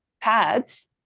pads